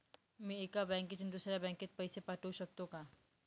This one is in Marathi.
मी एका बँकेतून दुसऱ्या बँकेत पैसे पाठवू शकतो का?